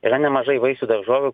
yra nemažai vaisių daržovių